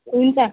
हुन्छ